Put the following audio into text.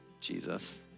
Jesus